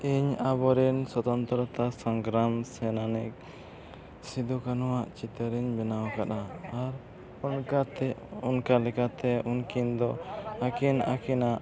ᱤᱧ ᱟᱵᱚᱨᱮᱱ ᱥᱚᱛᱚᱱᱛᱨᱚᱛᱟ ᱥᱚᱝᱜᱨᱟᱢ ᱥᱮᱱᱟᱱᱤᱠ ᱥᱤᱫᱩᱼᱠᱟᱹᱱᱩ ᱟᱜ ᱪᱤᱛᱟᱹᱨᱤᱧ ᱵᱮᱱᱟᱣ ᱠᱟᱫᱟ ᱟᱨ ᱚᱱᱠᱟᱛᱮ ᱚᱱᱠᱟ ᱞᱮᱠᱟᱛᱮ ᱩᱱᱠᱤᱱ ᱫᱚ ᱟᱹᱠᱤᱱ ᱟᱹᱠᱤᱱᱟᱜ